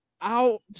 out